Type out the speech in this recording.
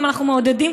ואם אנחנו מעודדים,